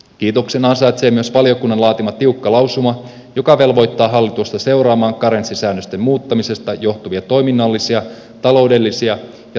kiitoksen ansaitsee myös valiokunnan laatima tiukka lausuma joka velvoittaa hallitusta seuraamaan karenssisäännösten muuttamisesta johtuvia toiminnallisia taloudellisia ja työllisyysvaikutuksia